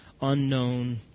unknown